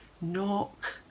Knock